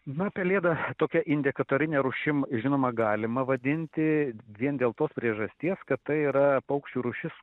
na pelėda tokia indikatorine rūšim žinoma galima vadinti vien dėl tos priežasties kad tai yra paukščių rūšis